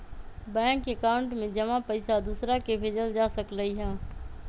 bank account में जमा पईसा दूसरा के भेजल जा सकलई ह